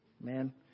man